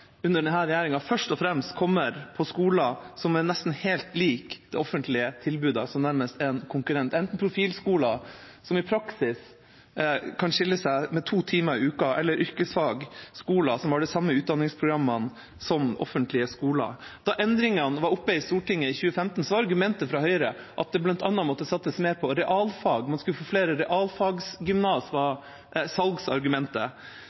under denne regjeringa først og fremst kommer på skoler som er nesten helt lik det offentlige tilbudet? De er nærmest som en konkurrent – enten profilskoler, som i praksis kan skille seg ut med to timer i uka, eller yrkesfagskoler som har de samme utdanningsprogrammene som offentlige skoler. Da endringene var oppe i Stortinget i 2015, var argumentet fra Høyre at det bl.a. måtte satses mer på realfag. Man skulle få flere realfagsgymnas,